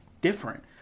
different